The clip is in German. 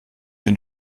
den